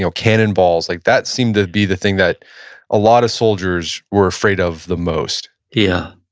yeah cannon balls. like that seemed to be the thing that a lot of soldiers were afraid of the most yeah.